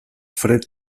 fred